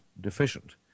deficient